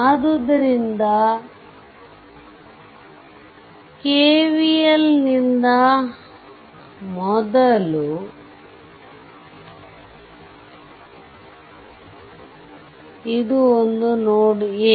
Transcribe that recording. ಆದ್ದರಿಂದ KVL ನಿಂದ ಮೊದಲು ಇದು ಒಂದು ನೋಡ್ a